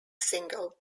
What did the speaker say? single